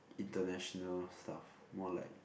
international stuff more like